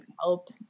help